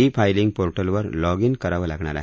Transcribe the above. E filing पोर्टलवर log in करावं लागणार आहे